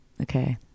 okay